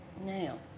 Now